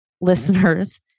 listeners